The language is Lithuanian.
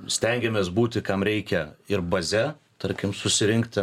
stengiamės būti kam reikia ir baze tarkim susirinkti